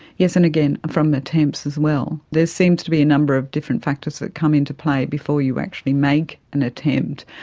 and again, from attempts as well. there seems to be a number of different factors that come into play before you actually make an attempt,